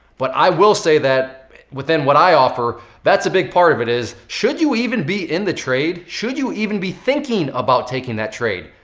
but i will say that within what i offer that's a big part of it is, should you even be in the trade? should you even be thinking about taking that trade?